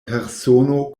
persono